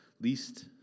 least